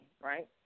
right